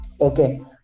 Okay